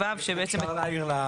להפעיל.